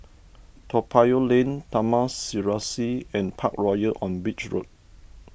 Toa Payoh Lane Taman Serasi and Parkroyal on Beach Road